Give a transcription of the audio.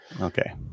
Okay